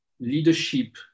leadership